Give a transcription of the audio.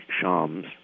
Shams